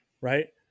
right